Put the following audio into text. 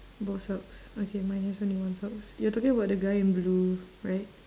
both socks okay mine has only one socks you are talking about the guy in blue right